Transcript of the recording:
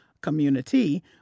community